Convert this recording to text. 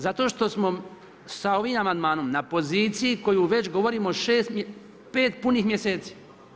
Zato što smo sa ovim amandmanom, na poziciji koju već govorimo 5 punih mjeseci.